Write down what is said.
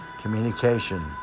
communication